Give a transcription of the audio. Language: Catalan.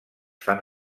fan